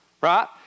Right